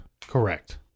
Correct